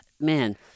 man